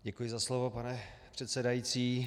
Děkuji za slovo, pane předsedající.